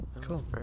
Cool